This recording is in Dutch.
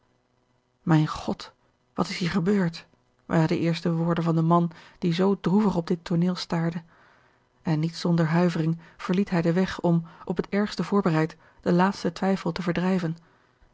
mijn god wat is hier gebeurd waren de eerste woorden van den man die zoo droevig op dit tooneel staarde en niet zonder huivering verliet hij den weg om op het ergste voorbereid den laatsten twijfel te verdrijven